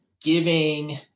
giving